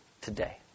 today